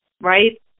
right